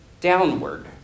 downward